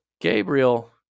Gabriel